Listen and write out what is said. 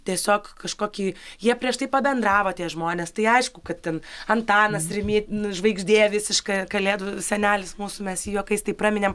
tiesiog kažkokį jie prieš tai pabendravo tie žmonės tai aišku kad ten antanas rimi žvaigždė visiškai kalėdų senelis mūsų mes jį juokais taip praminėm